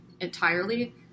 entirely